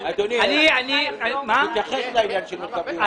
אדוני, תתייחס לעניין של מרכבים.